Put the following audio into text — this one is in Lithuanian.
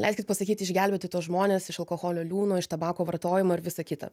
leiskit pasakyti išgelbėti tuos žmones iš alkoholio liūno iš tabako vartojimo ir visa kita